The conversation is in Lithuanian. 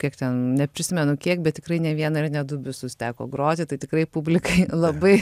kiek ten neprisimenu kiek bet tikrai ne vieną ir ne du visus teko groti tai tikrai publikai labai